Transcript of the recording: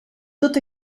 tot